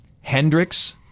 Hendrix